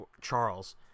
Charles